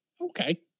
Okay